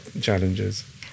challenges